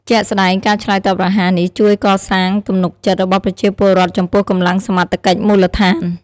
ជាក់ស្តែង ការឆ្លើយតបរហ័សនេះជួយកសាងទំនុកចិត្តរបស់ប្រជាពលរដ្ឋចំពោះកម្លាំងសមត្ថកិច្ចមូលដ្ឋាន។